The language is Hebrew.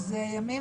בוקר טוב.